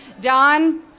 Don